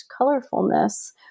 colorfulness